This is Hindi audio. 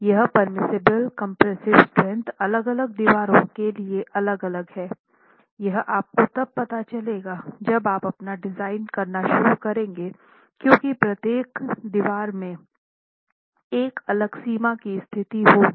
यह पेर्मिसिबल कम्प्रेस्सिव स्ट्रेंथ अलग अलग दीवारों के लिए अलग अलग है यह आपको तब पता चलेगा जब आप अपना डिज़ाइन करना शुरू करेंगे क्योंकि प्रत्येक दीवार में एक अलग सीमा की स्थिति होगी